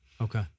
Okay